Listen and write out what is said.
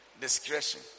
Discretion